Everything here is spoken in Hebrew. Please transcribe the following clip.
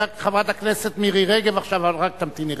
חברת הכנסת מירי רגב עכשיו, אבל רק תמתיני רגע.